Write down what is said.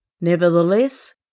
Nevertheless